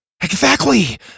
Exactly